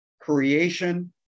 creation